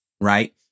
right